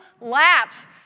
laps